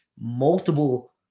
multiple